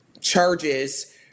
charges